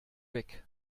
weg